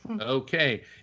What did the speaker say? Okay